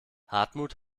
hartmut